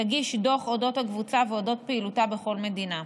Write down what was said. תגיש דוח על הקבוצה ועל פעילותה בכל מדינה.